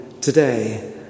today